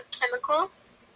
chemicals